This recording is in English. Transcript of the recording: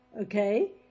okay